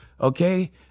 Okay